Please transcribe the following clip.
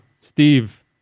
Steve